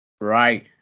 Right